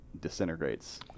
disintegrates